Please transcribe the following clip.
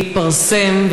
להתפרסם?